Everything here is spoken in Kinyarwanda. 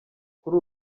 kuri